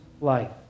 life